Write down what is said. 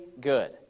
good